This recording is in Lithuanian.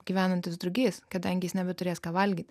gyvenantys drugys kadangi jis nebeturės ką valgyti